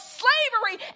slavery